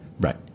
Right